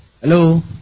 Hello